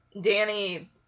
Danny